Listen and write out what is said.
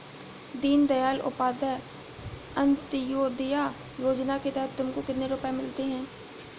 दीन दयाल उपाध्याय अंत्योदया योजना के तहत तुमको कितने रुपये मिलते हैं